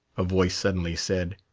a voice suddenly said,